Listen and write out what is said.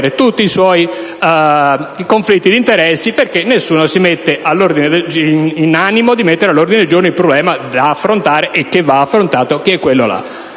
tutti i suoi conflitti di interessi perché nessuno si mette in animo di porre all'ordine del giorno il problema da affrontare, e che va affrontato, che è quello